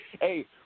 Hey